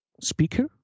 speaker